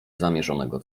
zamierzonego